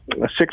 six